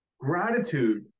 gratitude